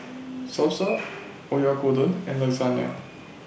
Salsa Oyakodon and Lasagna